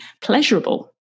pleasurable